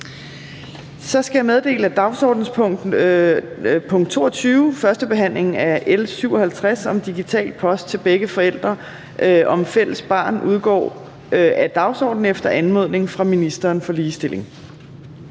Så skal jeg meddele, at dagsordenens punkt 22, 1. behandling af L 57 om digital post til begge forældre om fælles barn, udgår af dagsordenen efter anmodning fra ministeren for ligestilling.